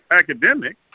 academic